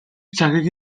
цагийг